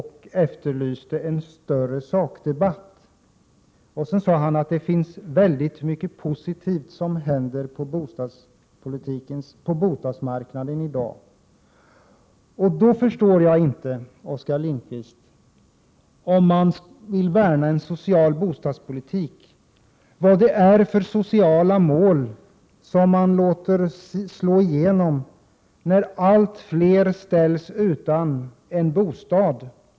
Han efterlyste mera av sakdebatt och sade att det händer mycket positivt på bostadsmarknaden i dag. Men där förstår jag inte Oskar Lindkvist. Om man vill värna om en social bostadspolitik, vad är det för sociala mål som man låter slå igenom på bostadsmarknaden när allt fler ställs utan bostad?